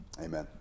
Amen